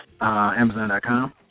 Amazon.com